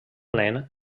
nen